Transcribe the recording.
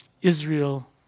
Israel